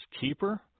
keeper